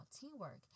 teamwork